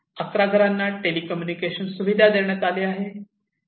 11 घरांना टेलिकम्युनिकेशन सुविधा देण्यात आली आहे